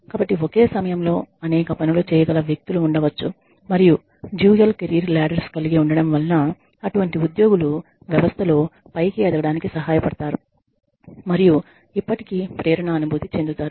కాబట్టి ఒకే సమయంలో అనేక పనులు చేయగల వ్యక్తులు ఉండవచ్చు మరియు డ్యూయల్ కెరీర్ లాడర్స్ కలిగి ఉండటం వలన అటువంటి ఉద్యోగులు వ్యవస్థలో పైకి ఎదగడానికి సహాయపడతాయి మరియు ఇప్పటికీ ప్రేరణ అనుభూతి చెందుతారు